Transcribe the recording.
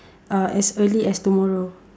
uh as early as tomorrow